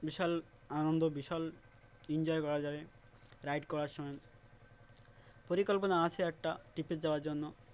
বিশাল আনন্দ বিশাল এনজয় করা যাবে রাইড করার সময় পরিকল্পনা আছে একটা ট্রিপে যাওয়ার জন্য